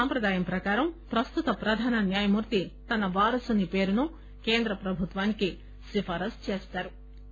సంప్రదాయం ప్రకారం ప్రస్తుత ప్రధాన న్యాయమూర్తి తన వారసుని పేరును కేంద్ర ప్రభుత్వానికి సిఫారసు చేస్తారు